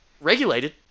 regulated